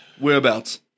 whereabouts